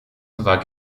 war